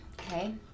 Okay